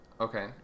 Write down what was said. Okay